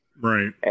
Right